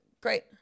Great